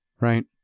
Right